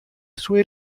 sue